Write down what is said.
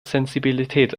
sensibilität